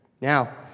Now